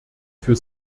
für